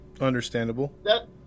Understandable